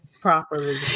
properly